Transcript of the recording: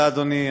תודה, אדוני.